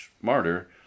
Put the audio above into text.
smarter